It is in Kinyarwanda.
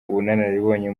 ubunararibonye